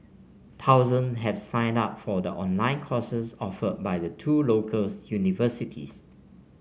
thousands have signed up for the online courses offered by the two locals universities